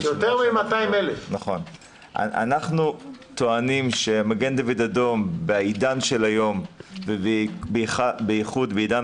אנחנו טוענים שמד"א בעידן של היום ובייחוד בעידן